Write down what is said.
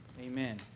Amen